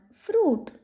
fruit